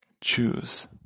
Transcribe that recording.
Choose